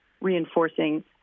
reinforcing